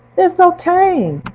they're so tame,